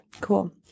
cool